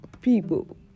people